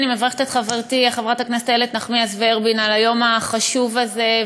אני מברכת את חברתי חברת הכנסת איילת נחמיאס ורבין על היום החשוב הזה.